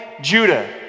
Judah